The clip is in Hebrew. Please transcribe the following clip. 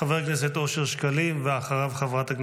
חבר הכנסת אושר שקלים, מוותר.